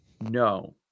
No